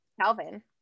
Calvin